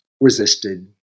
resisted